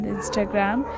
Instagram